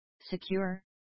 secure